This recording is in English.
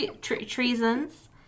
Treasons